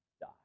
die